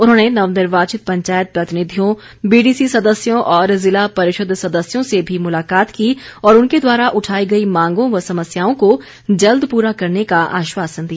उन्होंने नवनिर्वाचित पंचायत प्रतिनिधियों बीडीसी सदस्यों और जिला परिषद सदस्यों से भी मुलाकात की और उनके द्वारा उठाई गई मांगों व समस्याओं को जल्द पूरा करने का आश्वासन दिया